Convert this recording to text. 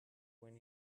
when